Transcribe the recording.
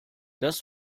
das